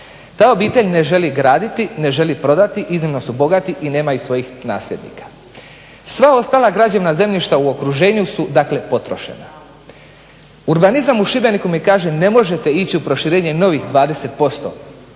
Ta obitelj ne želi graditi ne želi prodati, iznimno su bogati i nemaju svojih nasljednika. Sva ostala građevna zemljišta u okruženju su dakle potrošena. Urbanizam u Šibeniku mi kaže ne možete ići u proširenje novih 20%